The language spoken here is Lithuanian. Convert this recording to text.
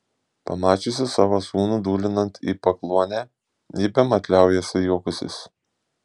pamačiusi savo sūnų dūlinant į pakluonę ji bemat liaujasi juokusis